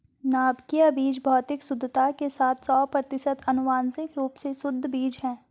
नाभिकीय बीज भौतिक शुद्धता के साथ सौ प्रतिशत आनुवंशिक रूप से शुद्ध बीज है